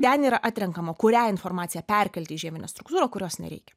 ten yra atrenkama kurią informaciją perkelti į žievinę struktūrą kurios nereikia